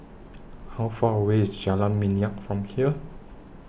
How Far away IS Jalan Minyak from here